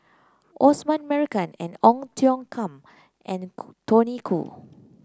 Osman Merican Ong Tiong Khiam and Khoo Tony Khoo